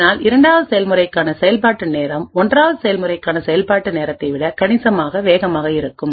இதனால் இரண்டாவது செயல்முறைக்கான செயல்பாட்டு நேரம் ஒன்றாவது செயல்முறைக்கான செயல்பாட்டு நேரத்தை விட கணிசமாக வேகமாக இருக்கும்